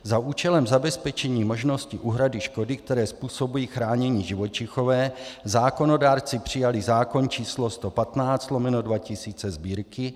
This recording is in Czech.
Za účelem zabezpečení možnosti úhrady škod, které způsobují chránění živočichové, zákonodárci přijali zákon č. 115/2000 Sb.